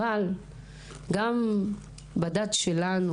אבל גם בדת שלנו,